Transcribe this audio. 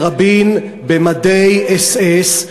של רבין במדי אס.אס.,